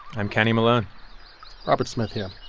i'm kenny malone robert smith here